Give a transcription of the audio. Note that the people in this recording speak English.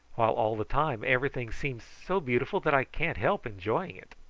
while all the time everything seems so beautiful that i can't help enjoying it.